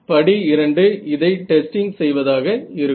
படி 2 இதை டெஸ்டிங் செய்வதாக இருக்கும்